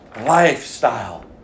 Lifestyle